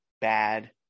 bad